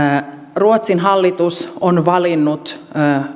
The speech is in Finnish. ruotsin hallitus on valinnut